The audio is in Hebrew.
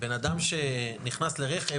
בן אדם שנכנס לרכב,